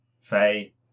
Faye